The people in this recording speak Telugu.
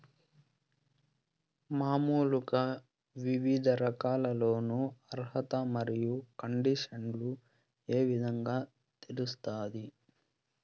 మామూలుగా వివిధ రకాల లోను అర్హత మరియు కండిషన్లు ఏ విధంగా తెలుస్తాది?